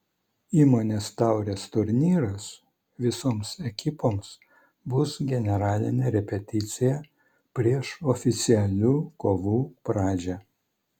įmonės taurės turnyras visoms ekipoms bus generalinė repeticija prieš oficialių kovų pradžią